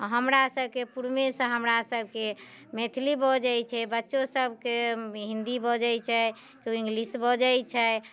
अऽ हमरा सभकेँ पुर्वेसँ हमरा सभकेँ मैथिली बजैत छै बच्चो सभकेँ हिन्दी बजैत छै केओ इंग्लिश बजैत छै